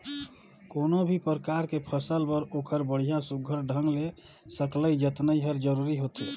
कोनो भी परकार के फसल बर ओखर बड़िया सुग्घर ढंग ले सकलई जतनई हर जरूरी होथे